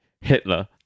hitler